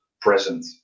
present